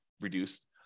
reduced